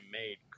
made